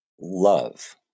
love